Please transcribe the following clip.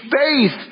faith